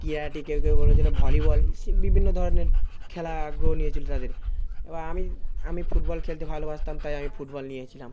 karate কেউ কেউ বলেছিল ভলিবল বিভিন্ন ধরনের খেলা আগ্রহ নিয়েছিল তাদের এবার আমি আমি ফুটবল খেলতে ভালোবাসতাম তাই আমি ফুটবল নিয়েছিলাম